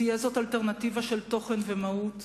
תהיה זו אלטרנטיבה של תוכן ומהות.